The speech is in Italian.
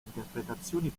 interpretazioni